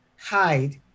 hide